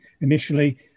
Initially